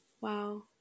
Wow